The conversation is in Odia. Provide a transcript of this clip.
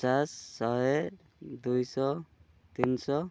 ପଚାଶ ଶହେ ଦୁଇଶହ ତିନିଶହ